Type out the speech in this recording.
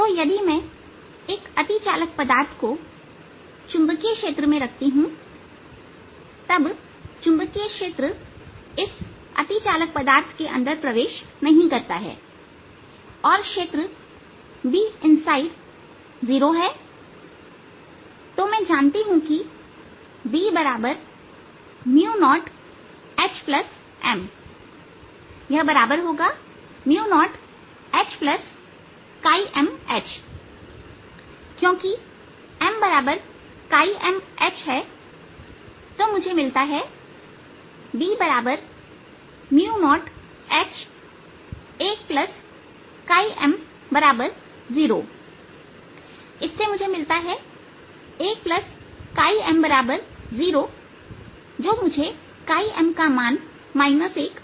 तो यदि मैं एक अतिचालक पदार्थ को चुंबकीय क्षेत्र में रखती हूंतब चुंबकीय क्षेत्र इस अतिचालक पदार्थ के अंदर प्रवेश नहीं करता है और क्षेत्र 0 है तोमैं जानती हूं कि B0HM0HMH क्योंकि MMH तो मुझे मिलता है B0H1M0 इससे मुझे मिलता है 1M0 जो मुझे M का मान 1 देता है